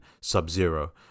Sub-Zero